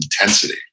intensity